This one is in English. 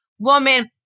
Woman